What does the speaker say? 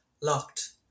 locked